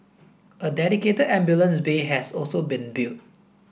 a dedicated ambulance bay has also been built